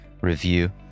review